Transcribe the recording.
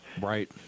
Right